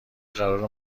قرار